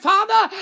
Father